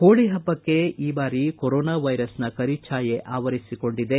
ಹೋಳ ಹಬ್ಬಕ್ಕೆ ಈ ಬಾರಿ ಕೊರೋನಾ ವೈರಸ್ನ ಕರಿಛಾಯೆ ಅವರಿಸಿಕೊಂಡಿದೆ